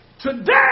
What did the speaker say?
today